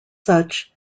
such